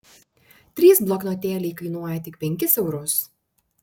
trys bloknotėliai kainuoja tik penkis eurus